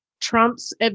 Trump's